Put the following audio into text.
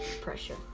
pressure